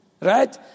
Right